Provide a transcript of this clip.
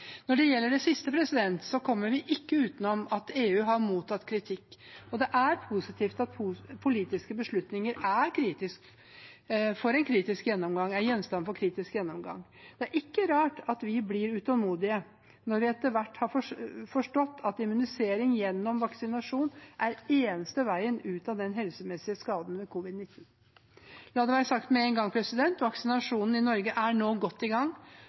Når det gjelder det siste, kommer vi ikke utenom at EU har mottatt kritikk, og det er positivt at politiske beslutninger er gjenstand for kritisk gjennomgang. Det er ikke rart at vi blir utålmodige når vi etter hvert har forstått at immunisering gjennom vaksinasjon er den eneste veien ut av den helsemessige skaden ved covid-19. La det være sagt med en gang: Vaksinasjonen i Norge er nå godt i gang,